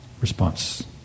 response